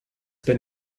been